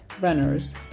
runners